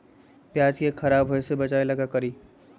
प्याज को खराब होय से बचाव ला का करी?